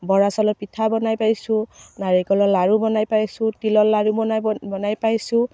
বৰা চাউলৰ পিঠা বনাই পাইছোঁ নাৰিকলৰ লাৰু বনাই পাইছোঁ তিলৰ লাৰু বনাই পা বনাই পাইছোঁ